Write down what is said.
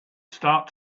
start